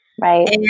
Right